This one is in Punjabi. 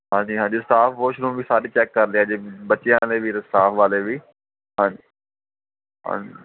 ਹਾਂਜੀ ਹਾਂਜੀ ਸਟਾਫ਼ ਵੋਸ਼ਰੂਮ ਵੀ ਸਾਰੇ ਚੈੱਕ ਕਰ ਲਿਓ ਜੀ ਬੱਚਿਆਂ ਦੇ ਵੀ ਅਤੇ ਸਟਾਫ਼ ਵਾਲੇ ਵੀ ਹਾਂਜੀ ਹਾਂਜੀ